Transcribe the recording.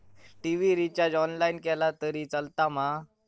TV recharge online केला तरी चलात मा?